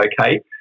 okay